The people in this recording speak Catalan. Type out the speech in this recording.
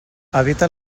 habita